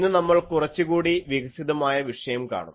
ഇന്നു നമ്മൾ കുറച്ചുകൂടി വികസിതമായ വിഷയം കാണും